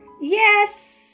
Yes